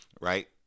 right